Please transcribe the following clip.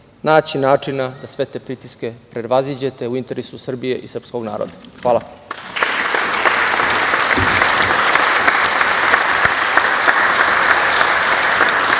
naći načina da sve te pritiske prevaziđete, u interesu Srbije i srpskog naroda. Hvala.